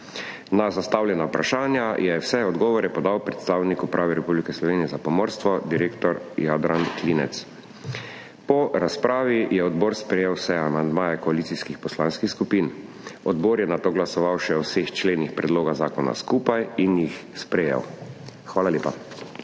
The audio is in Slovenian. Na zastavljena vprašanja je vse odgovore podal predstavnik Uprave Republike Slovenije za pomorstvo, direktor Jadran Klinec. Po razpravi je odbor sprejel vse amandmaje koalicijskih poslanskih skupin. Odbor je nato glasoval še o vseh členih predloga zakona skupaj in jih sprejel. Hvala lepa.